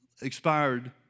expired